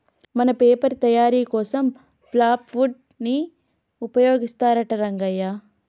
మన పేపర్ తయారీ కోసం పల్ప్ వుడ్ ని ఉపయోగిస్తారంట రంగయ్య